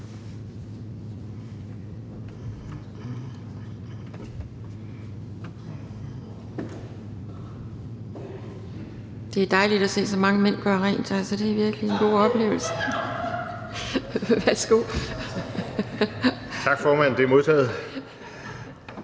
Det er dejligt at se så mange mænd gøre rent – altså, det er virkelig en god oplevelse. (Munterhed).